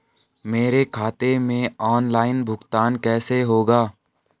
मेरे खाते में ऑनलाइन भुगतान कैसे होगा?